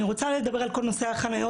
אני רוצה לדבר על כל נושא החניות,